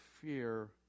fear